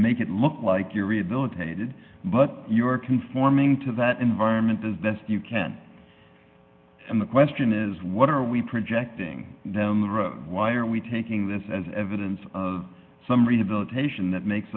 make it look like you're rehabilitated but you're conforming to that environment is that you can and the question is what are we projecting down the road why are we taking this as evidence of some rehabilitation that makes